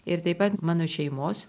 ir taip pat mano šeimos